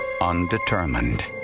undetermined